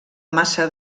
massa